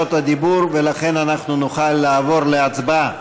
הדיבור ולכן אנחנו נוכל לעבור להצבעה.